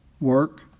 work